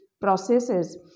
processes